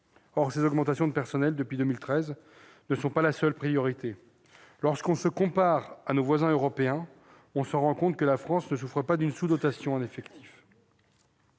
Or ces augmentations de personnel depuis 2013 ne sont pas la seule priorité. Lorsque l'on se compare à nos voisins européens, on se rend compte que la France ne souffre pas d'une sous-dotation en effectifs.